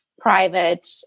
private